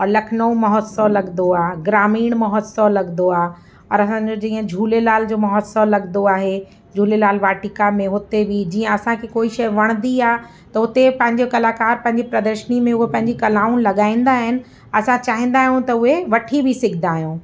और लखनऊ महोत्सव लॻंदो आहे ग्रामीण महोत्सव लॻंदो आहे और हर हंधु जीअं झूलेलाल जो महोत्सव लॻंदो आहे झूलेलाल वाटिका में हुते बि जीअं असांखे कोई शइ वणंदी आहे त हुते पंहिंजे कलाकार पंहिंजी प्रदर्शनी में उहे पंहिंजी कलाऊं लॻाईंदा आहिनि असां चाहींदा आहियूं त उहे वठी बि सघंदा आहियूं